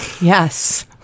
Yes